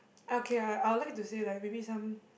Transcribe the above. okay I I'll like to say like maybe some